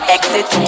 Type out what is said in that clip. Exit